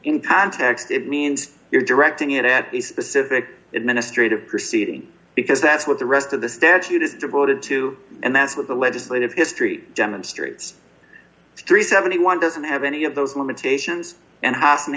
in context it means you're directing it at the specific administrative proceeding because that's what the rest of the statute is devoted to and that's what the legislative history demonstrates three hundred and seventy one doesn't have any of those limitations and house and